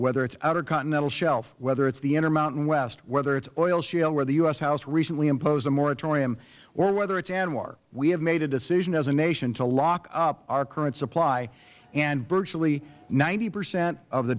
whether it is outer continental shelf whether it is the intermountain west whether it is oil shale where the u s house recently imposed a moratorium or whether it is anwr we have made a decision as a nation to lock up our current supply and virtually ninety percent of the